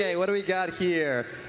ah what do we got here.